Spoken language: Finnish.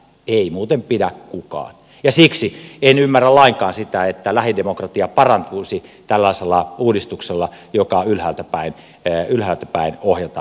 ei muuten pidä kukaan ja siksi en ymmärrä lainkaan sitä että lähidemokratia parantuisi tällaisella uudistuksella joka ylhäältä päin ohjataan